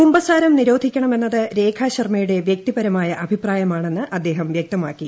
കുമ്പസാരം നിരോധിക്കണമെന്നത് രേഖാൾമ്മയുടെ വൃക്തിപരമായ അഭിപ്രായമാണെന്ന് അദ്ദേഹം വൃക്തമാക്കി